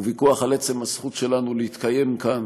הוא ויכוח על עצם הזכות שלנו להתקיים כאן,